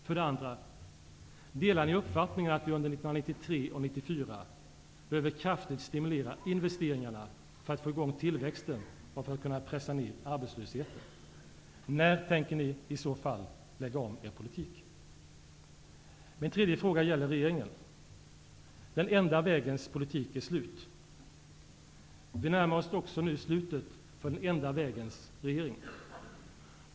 För det andra: Delar ni uppfattningen att vi under 1993 och 1994 behöver kraftigt stimulera investeringarna för att få i gång tillväxten och för att kunna pressa ned arbetslösheten? När tänker ni i så fall lägga om er politik? Min tredje fråga gäller regeringen. Den enda vägens politik är slut. Vi närmar oss nu också slutet för den enda vägens regering.